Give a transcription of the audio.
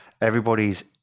Everybody's